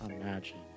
imagine